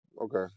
Okay